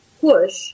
push